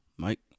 Mike